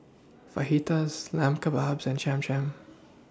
Fajitas Lamb Kebabs and Cham Cham